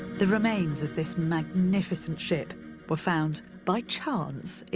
the remains of this magnificent ship were found by chance